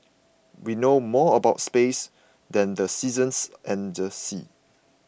we know more about space than the seasons and the sea